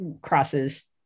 crosses